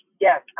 yes